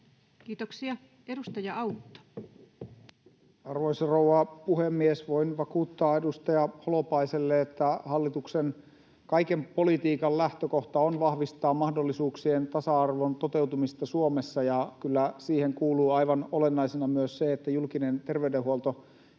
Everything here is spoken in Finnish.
Time: 20:55 Content: Arvoisa rouva puhemies! Voin vakuuttaa edustaja Holopaiselle, että hallituksen kaiken politiikan lähtökohta on vahvistaa mahdollisuuksien tasa-arvon toteutumista Suomessa, ja kyllä siihen kuuluu aivan olennaisena myös se, että julkinen terveydenhuoltojärjestelmä